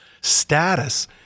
status